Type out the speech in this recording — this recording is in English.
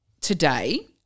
today –